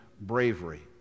bravery